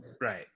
Right